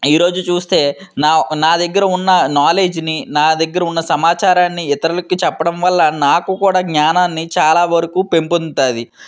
ఈరోజు చూస్తే నా నా దగ్గర ఉన్న నాలెడ్జ్ని నా దగ్గర ఉన్న సమాచారాన్ని ఇతరులకి చెప్పడం వల్ల నాకు కూడా జ్ఞానాన్ని చాలా వరకు పెంపొందుతాయి